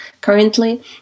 currently